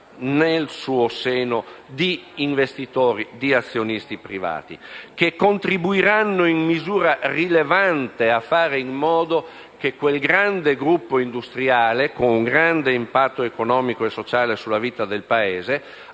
al suo interno di investitori e azionisti privati che contribuiranno in misura rilevante a fare in modo che questo grande gruppo industriale, che ha un grande impatto economico e sociale sulla vita del Paese,